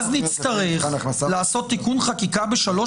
אבל נצטרך לעשות תיקון חקיקה בשלוש